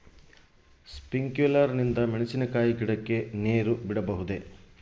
Sprinkler ನಿಂದ ಮೆಣಸಿನಕಾಯಿ ಗಿಡಕ್ಕೆ ನೇರು ಬಿಡಬಹುದೆ?